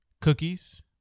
cookies